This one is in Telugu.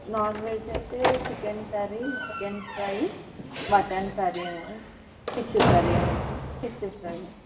నాన్వెజ్ అయితే chicken curry chicken fry mutton curry fish curry ఉంది ఫిష్ ఫ్రై